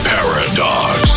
Paradox